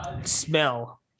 smell